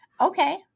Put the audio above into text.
okay